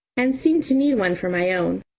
and seem to need one for my own.